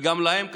וגם להם קשה,